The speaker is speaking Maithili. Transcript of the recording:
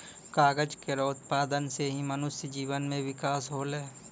कागज केरो उत्पादन सें ही मनुष्य जीवन म बिकास होलै